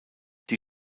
die